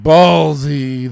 Ballsy